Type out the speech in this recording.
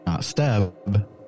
stab